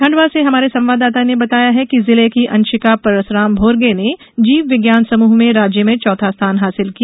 खण्डवा से हमारे संवाददाता ने बताया है कि जिले की अंशिका परसराम भोरगे ने जीव विज्ञान समूह में राज्य में चौथा स्थान हासिल किया